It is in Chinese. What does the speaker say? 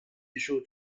艺术